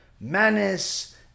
manis